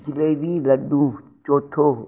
जलेबी लॾूं चौथो